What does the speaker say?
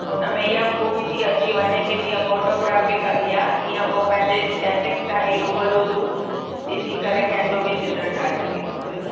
हुनमें इहा खूबी थी अची वञे के जीअं फ़ोटोग्राफ़ी कबी आहे तीअं वो पहिंजे स्केचिंग सां ई रूबरू रु ॾिसी करे कंहिंजो बि चित्र ठाहे सघे थो पयो